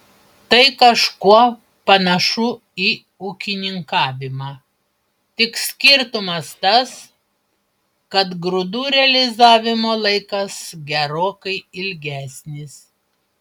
tai kažkuo panašu į ūkininkavimą tik skirtumas tas kad grūdų realizavimo laikas gerokai ilgesnis